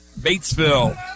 Batesville